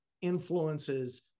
influences